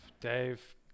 Dave